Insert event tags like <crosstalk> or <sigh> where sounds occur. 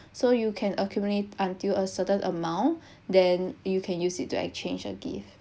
so you can accumulate until a certain amount <breath> then you can use it to exchange a gift